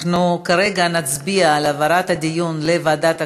כרגע נצביע על העברת הדיון לוועדת הכספים,